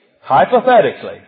hypothetically